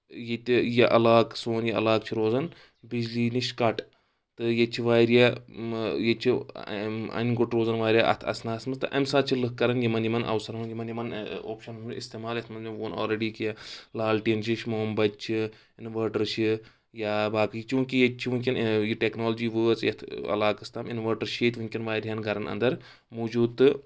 یہِ تہِ یہِ علاقہٕ سون یہِ علاقہٕ چھُ روزان بِجلی نِش کٹ تہٕ ییٚتہِ چھِ واریاہ ییٚتہِ چھِ اَنہِ گوٚٹ روزان واریاہ اَتھ آسنس منٛز تہٕ اَمہِ ساتہٕ چھِ لٕکھ کران یِمن یِمن اوثرن یِمن یِمن اوپشَن ہُنٛد اِستعمال یَتھ منٛز مےٚ ووٚن آلریڈی کہِ لالٹیٖن چھُ یہِ چھُ مومبٔتۍ چھِ اِنوٲٹر چھِ یا باقٕے چوٗنٛکہِ ییٚتہِ چھِ وٕنکیٚن یہِ ٹیکنالجی وٲژ یَتھ علاقس تام اِنوٲٹر چھِ ییٚتہِ وٕنکیٚن واریاہن گرن اندر موٗجوٗد تہٕ